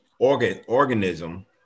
organism